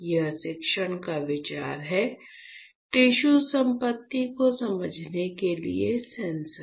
यह शिक्षण का विचार है टिश्यू संपत्ति को समझने के लिए सेंसर